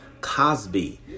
Cosby